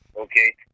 Okay